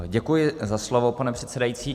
Děkuji za slovo, pane předsedající.